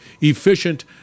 efficient